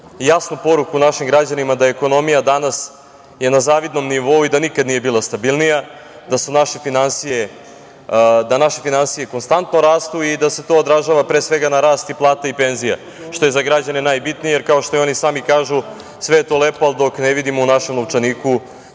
jasnu poruku našim građanima da je ekonomija danas na zavidnom nivou i da nikad nije bila stabilnija, da naše finansije konstantno rastu i da se to odražava pre svega na rast plata i penzija što je za građane najbitnije, jer kao što i oni sami kažu, sve je to lepo, ali dok ne vidimo u našem novčaniku